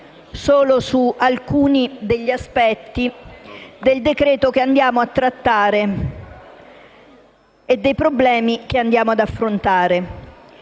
solo su alcuni degli aspetti del decreto-legge che andiamo a trattare e dei problemi che andiamo ad affrontare.